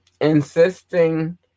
Insisting